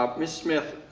um ms. smith,